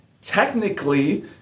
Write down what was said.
technically